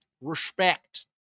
Respect